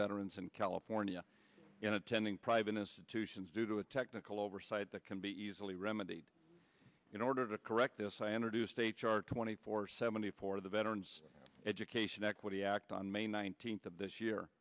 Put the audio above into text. veterans in california in attending private institutions due to a technical oversight that can be easily remedied in order to correct this i entered two states are twenty four seventy four the veterans education equity act on may nineteenth of this year